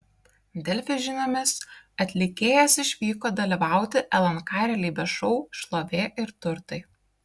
delfi žiniomis atlikėjas išvyko dalyvauti lnk realybės šou šlovė ir turtai